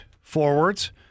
forwards